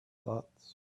thoughts